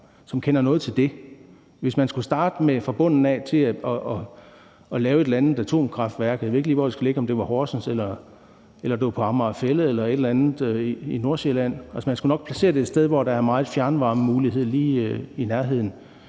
som kender noget til det. Hvis man skulle starte med fra bunden af at lave et eller andet atomkraftværk – jeg ved ikke lige, hvor det skulle ligge; om det var i Horsens, eller det var på Amager Fælled eller et eller andet sted i Nordsjælland – så skulle man nok placere det et sted, hvor der er store muligheder for fjernvarme lige i nærheden.